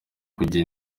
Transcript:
kujya